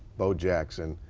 bo jackson.